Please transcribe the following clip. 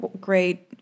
great